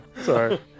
Sorry